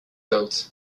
out